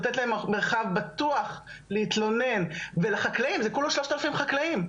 לתת להן מרחב בטוח להתלונן ולחקלאים זה כולה 3,000 חקלאים.